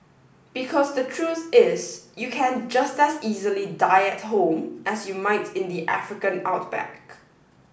because the truth is you can just as easily die at home as you might in the African outback